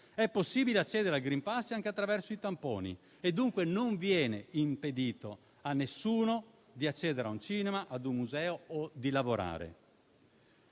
È possibile accedere al *green pass* anche attraverso i tamponi e dunque non viene impedito ad alcuno di accedere a un cinema, a un museo o di lavorare.